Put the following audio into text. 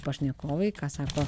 pašnekovai ką sako